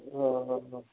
ਹਾਂ ਹਾਂ ਹਾਂ